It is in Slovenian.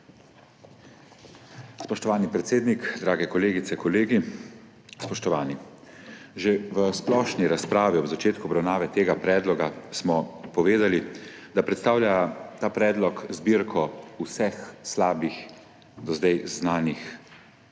Spoštovani predsednik, dragi kolegice in kolegi, spoštovani! Že v splošni razpravi ob začetku obravnave tega predloga smo povedali, da predstavlja ta predlog zbirko vseh do zdaj znanih slabih